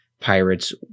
Pirates